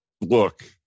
look